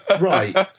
Right